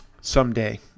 Someday